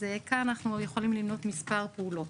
כאן אנחנו יכולים למנות כמה פעולות.